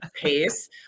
pace